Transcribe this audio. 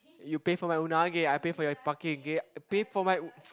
you pay for my unagi I pay for your parking okay pay for my u~